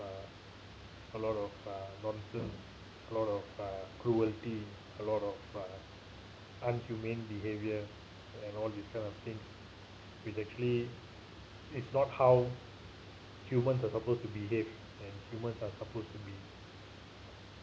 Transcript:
uh a lot of uh nonsense a lot of uh cruelty a lot of uh inhumane behaviour and all this of thing which actually it's not how humans are supposed to behave and humans are supposed to be